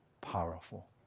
powerful